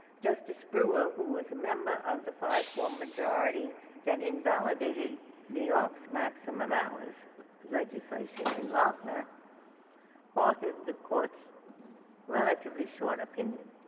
justice brewer who was a member of the five four majority that invalidated new york's maximum hours legislation in lochner authored the court's relatively short opinion.